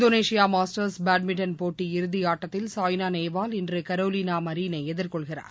Indonesia Masters badminton போட்டி இறுதியாட்டத்தில் சாய்னா நேவால் இன்று கரோலினா மரீனை எதிர்கொள்கிறார்